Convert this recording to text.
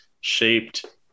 shaped